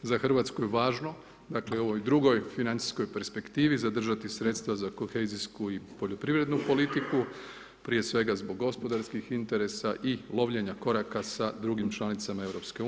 Za RH je važno, dakle, u ovoj drugoj financijskoj perspektivi zadržati sredstva za kohezijsku i poljoprivrednu politiku, prije svega, zbog gospodarskih interesa i lovljenja koraka s drugim članicama EU.